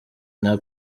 nta